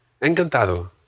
Encantado